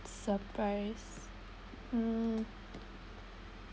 surprise mm